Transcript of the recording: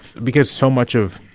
because so much of,